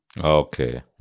Okay